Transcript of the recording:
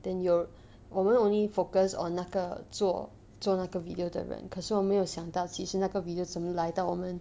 then you 我们 only focus on 那个做做那个 video 的人可是我没有想到其实那个 video 怎么来到我们